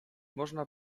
można